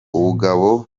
ubugabo